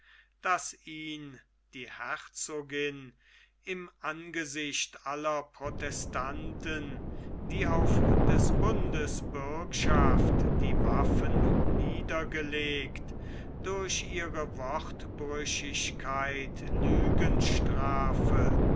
daß ihn die herzogin im angesicht aller protestanten die auf des bundes bürgschaft die waffen niedergelegt durch ihre wortbrüchigkeit lügen strafe